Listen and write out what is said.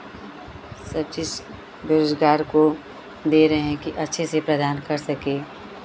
सब चीज़ बेरोज़गार को दे रहे हैं कि अच्छे से प्रदान कर सकें